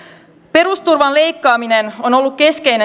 perusturvan leikkaaminen on ollut keskeinen